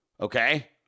okay